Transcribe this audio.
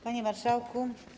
Panie Marszałku!